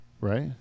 right